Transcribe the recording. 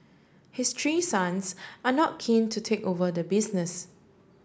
his three sons are not keen to take over the business